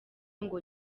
ngo